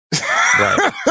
right